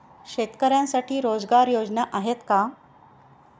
शेतकऱ्यांसाठी रोजगार योजना आहेत का?